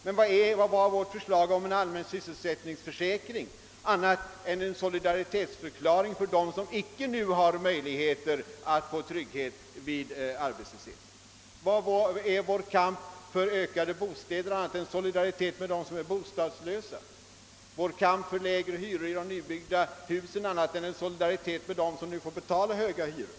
Men vad var vårt förslag om en allmän sysselsättningsförsäkring annat än en solidaritetsförklaring med dem som icke nu har denna möjlighet att få trygghet vid arbetslöshet? Vad är vår kamp för ökat antal bostäder om icke ett uttryck för en solidaritet med dem som är bostadslösa? Vad är vår kamp för lägre hyror i nybyggda hus annat än ett bevis för en solidaritet med dem som nu får betala höga hyror?